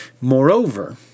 Moreover